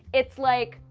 it's, like.